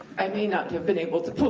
i may not have been able to pull